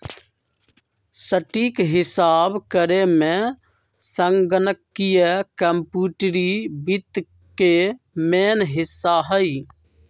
सटीक हिसाब करेमे संगणकीय कंप्यूटरी वित्त के मेन हिस्सा हइ